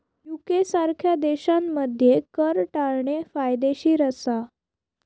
UK सारख्या देशांमध्ये कर टाळणे कायदेशीर असा